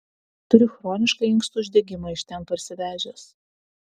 turiu chronišką inkstų uždegimą iš ten parsivežęs